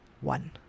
one